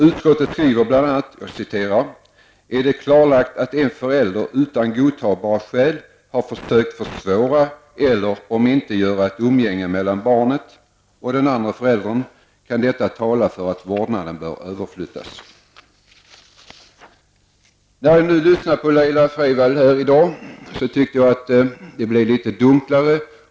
Utskottet skriver bl.a.: ''Är det klarlagt att en förälder utan godtagbara skäl har försökt försvåra eller omintetgöra ett umgänge mellan barnet och den andra föräldern kan detta tala för att vårdnaden bör överflyttas.'' När jag i dag lyssnade på Laila Freivalds tycker jag att detta blev dunklare.